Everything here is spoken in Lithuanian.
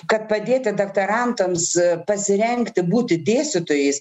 kad padėti daktarantams pasirengti būti dėstytojais